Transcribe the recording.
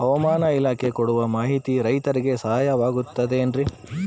ಹವಮಾನ ಇಲಾಖೆ ಕೊಡುವ ಮಾಹಿತಿ ರೈತರಿಗೆ ಸಹಾಯವಾಗುತ್ತದೆ ಏನ್ರಿ?